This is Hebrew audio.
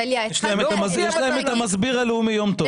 יש להם המסביר הלאומי יום טוב.